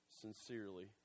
Sincerely